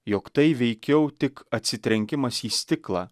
jog tai veikiau tik atsitrenkimas į stiklą